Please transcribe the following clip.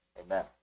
Amen